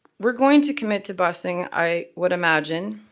we're going to commit to busing, i would imagine.